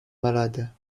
malades